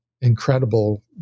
incredible